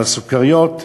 על הסוכריות,